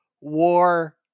war